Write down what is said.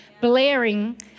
blaring